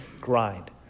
grind